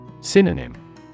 Synonym